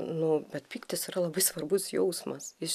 nu bet pyktis yra labai svarbus jausmas jis